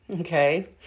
okay